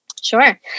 Sure